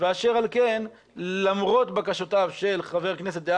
רק אני אגיד אחרי גב' וידרמן שזה קצת מאכזב שאין למשרד